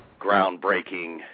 groundbreaking